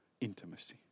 intimacy